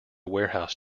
warehouse